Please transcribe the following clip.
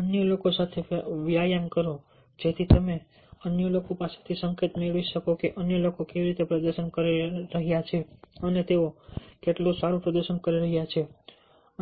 અન્ય લોકો સાથે વ્યાયામ કરો જેથી તમે અન્ય લોકો પાસેથી સંકેત મેળવી શકો કે અન્ય લોકો કેવી રીતે પ્રદર્શન કરી રહ્યા છે અને તેઓ કેટલું સારું પ્રદર્શન કરી રહ્યા છે